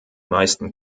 meisten